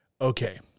Okay